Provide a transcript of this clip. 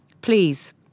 Please